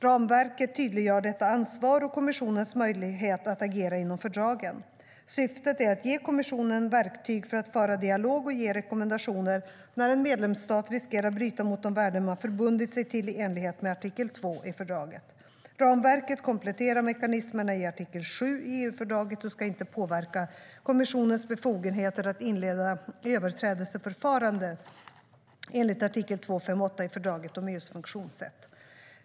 Ramverket tydliggör detta ansvar och kommissionens möjlighet att agera inom fördragen. Syftet är att ge kommissionen verktyg för att föra dialog och ge rekommendationer när en medlemsstat riskerar bryta mot de värden man förbundit sig till i enlighet med artikel 2 i fördraget. Ramverket kompletterar mekanismerna i artikel 7 i EU-fördraget och ska inte påverka kommissionens befogenheter att inleda överträdelseförfaranden enligt artikel 258 i fördraget om EU:s funktionssätt.